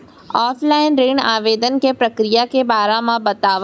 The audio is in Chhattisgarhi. ऑफलाइन ऋण आवेदन के प्रक्रिया के बारे म बतावव?